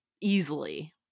easily